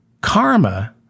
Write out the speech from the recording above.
Karma